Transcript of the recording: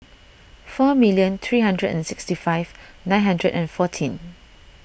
four million three hundred and sixty five nine hundred and fourteen